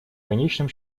конечном